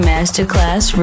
Masterclass